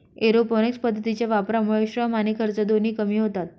aeroponics पद्धतीच्या वापरामुळे श्रम आणि खर्च दोन्ही कमी होतात